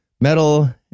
metal